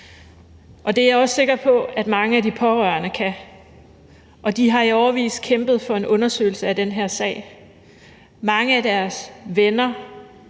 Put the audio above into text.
Det er jeg også sikker på at mange af de pårørende kan, og de har i årevis kæmpet for en undersøgelse af den her sag. Mange af deres venner